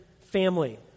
family